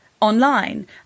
online